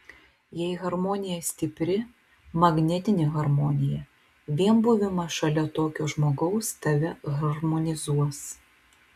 jei harmonija stipri magnetinė harmonija vien buvimas šalia tokio žmogaus tave harmonizuos